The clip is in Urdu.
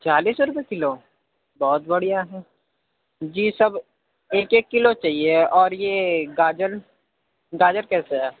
چالیس روپے کلو بہت بڑھیا ہے جی سب ایک ایک کلو چاہیے اور یہ گاجر گاجر کیسے ہے